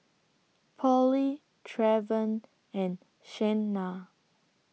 Polly Trevon and Shanna